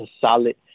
solid